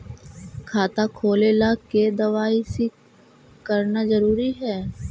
खाता खोले ला के दवाई सी करना जरूरी है?